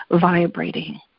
vibrating